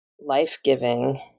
life-giving